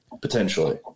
potentially